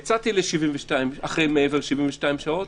יצאתי אחרי 72 שעות,